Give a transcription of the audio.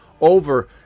over